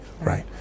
right